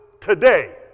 today